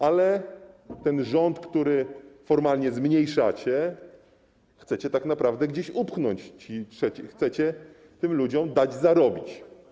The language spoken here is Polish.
Ale ten rząd, który formalnie zmniejszacie, chcecie tak naprawdę gdzieś upchnąć, chcecie tym ludziom dać zarobić.